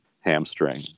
hamstring